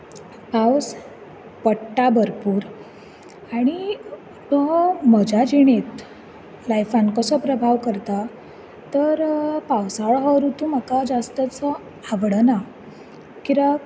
पावस पडटा भरपूर आनी तो म्हज्या जिणेंत लायफान कसो प्रभाव करता तर पावसाचो ऋतू म्हाका जास्त असो आवडना